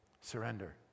Surrender